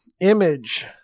Image